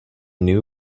new